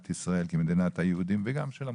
ישראל כמדינת היהודים וגם של המוסלמים.